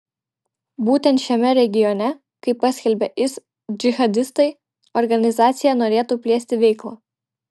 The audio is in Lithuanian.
būtent šiame regione kaip paskelbė is džihadistai organizacija norėtų plėsti veiklą